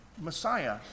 Messiah